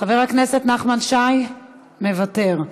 חבר הכנסת נחמן שי, מוותר.